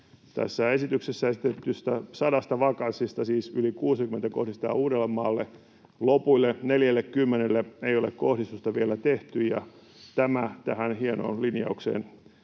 Tässä esityksessä esitetyistä 100 vakanssista siis yli 60 kohdistetaan Uudellemaalle, lopuille 40:lle ei ole kohdistusta vielä tehty, ja tämä tähän hienoon linjaukseen